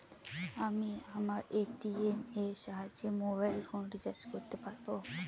আমি আমার এ.টি.এম এর সাহায্যে মোবাইল ফোন রিচার্জ করতে পারব?